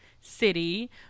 city